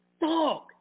Dog